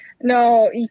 no